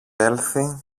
έλθει